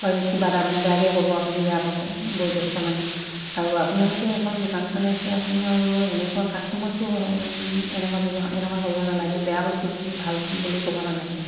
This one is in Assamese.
বা কিবা এটা বেয়াকৈ ক'ব আপুনি বেয়া পাব বয়োজ্যেষ্ঠ মানুহ আৰু আপোনালোকে এখন দোকান চলাইছে আপুনি আৰু এনেকুৱা কাষ্ট'মাৰকটো এনেকুৱা ব্যৱহাৰ এনেকুৱা কৰিব নালাগে বেয়া বস্তু দি ভাল বুলি ক'ব নালাগে